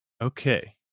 okay